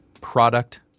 Product